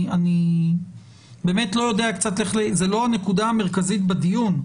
אני באמת לא יודע איך ל זה לא הנקודה המרכזית בדיון,